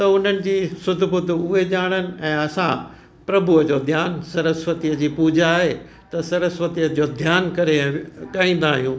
त उन्हनि जी सुध बुध उहे ॼाणनि ऐं असां प्रभुअ जो ध्यानु सरस्वतीअ जी पूॼा आहे त सरस्वतीअ जो ध्यानु करे ॻाईंदा आहियूं